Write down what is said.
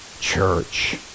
church